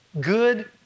good